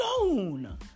alone